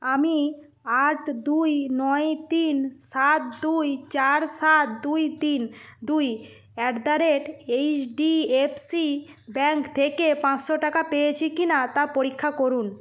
আমি আট দুই নয় তিন সাত দুই চার সাত দুই তিন দুই at the rate HDFC bank থেকে পাঁচশো টাকা পেয়েছি কি না তা পরীক্ষা করুন